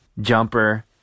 jumper